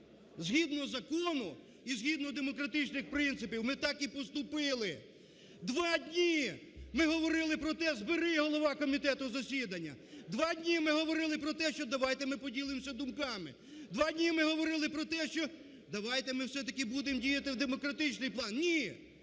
Згідно закону і згідно демократичних принципів ми так і поступили. Два дні ми говорили про те, збери голова комітету засідання. Два ми говорили про те, що давайте ми поділимося думками. Два ми говорили про те, що давайте ми все-таки будемо діяти в демократичний план. Ні,